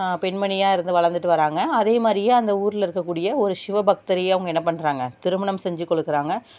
பெண்மணியாக இருந்து வளர்ந்துட்டு வராங்க அதேமாதிரியே அந்த ஊரில் இருக்கக்கூடிய ஒரு சிவ பக்தரையே அவங்க என்ன பண்ணுறாங்க திருமணம் செஞ்சிக்கொடுக்குறாங்க